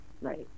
right